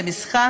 למשחק,